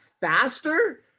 faster